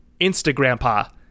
Instagrampa